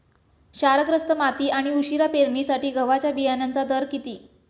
क्षारग्रस्त माती आणि उशिरा पेरणीसाठी गव्हाच्या बियाण्यांचा दर किती?